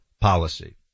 policy